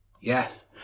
Yes